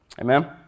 Amen